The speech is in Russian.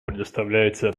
предоставляется